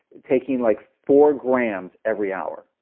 taking like four grams every hour,